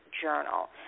journal